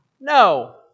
no